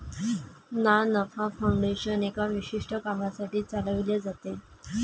ना नफा फाउंडेशन एका विशिष्ट कामासाठी चालविले जाते